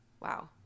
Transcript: Wow